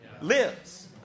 lives